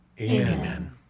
amen